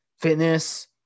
fitness